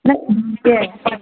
ꯅꯪꯁꯦ